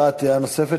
הבעת דעה נוספת,